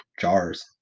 Jars